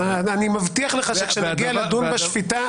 אני מבטיח לך שכאשר נגיע לדון בשפיטה,